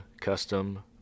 custom